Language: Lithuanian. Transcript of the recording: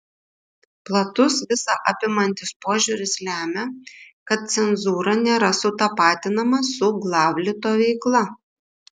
platus visa apimantis požiūris lemia kad cenzūra nėra sutapatinama su glavlito veikla